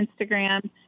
Instagram